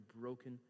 broken